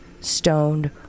stoned